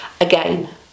again